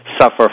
suffer